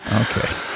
Okay